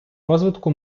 розвитку